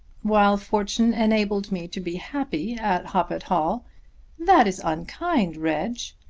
while fortune enabled me to be happy at hoppet hall that is unkind, reg.